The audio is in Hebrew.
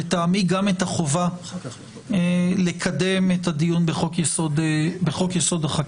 ולטעמי גם את החובה לקדם את הדיון בחוק יסוד: החקיקה.